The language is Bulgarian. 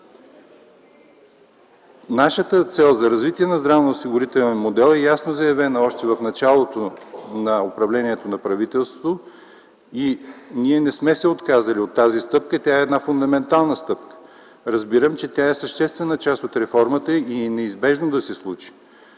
Нашата цел за развитие на здравноосигурителния модел е ясно заявена още в началото на управлението на правителството. Не сме се отказали от тази фундаментална стъпка. Тя е съществена част от реформата и е неизбежно да се случи.